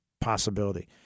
possibility